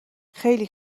خیلی